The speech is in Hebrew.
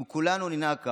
אם כולנו ננהג כך,